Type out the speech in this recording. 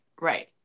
right